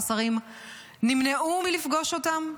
והשרים נמנעו מלפגוש אותם?